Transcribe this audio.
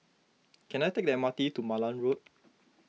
can I take the M R T to Malan Road